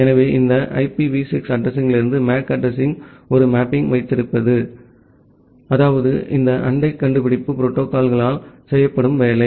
எனவே இந்த IPv6 அட்ரஸிங்யிலிருந்து MAC அட்ரஸிங்க்கு ஒரு மேப்பிங் வைத்திருப்பது அதாவது இந்த அண்டை கண்டுபிடிப்பு புரோட்டோகால்யால் செய்யப்படும் வேலை